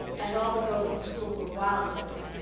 and all the girls in school were wild over it.